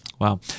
Wow